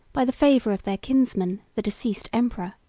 by the favor of their kinsman, the deceased emperor,